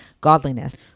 godliness